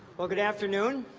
well, good afternoon.